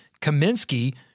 Kaminsky